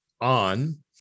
on